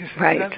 Right